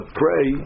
pray